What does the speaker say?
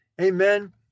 Amen